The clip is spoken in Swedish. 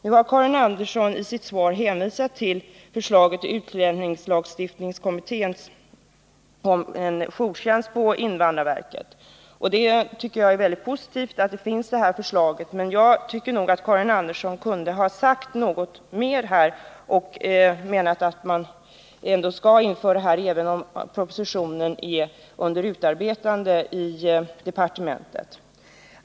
Nu har Karin Andersson i sitt svar hänvisat till förslaget i utlänningslagkommittén om en jourtjänst på invandrarverket. Jag tycker att det är mycket positivt att förslaget finns. Men jag tycker att Karin Andersson kunde ha sagt något mer — att man skall förverkliga förslaget även om propositionen är under utarbetande i departementet.